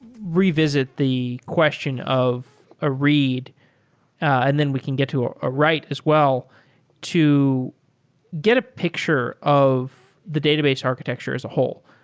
revisit the question of a read and then we can get to a a write as well to get a picture of the database architecture as a whole.